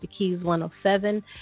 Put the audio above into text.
thekeys107